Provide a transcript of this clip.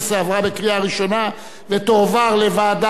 עברה בקריאה ראשונה ותועבר לוועדת